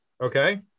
Okay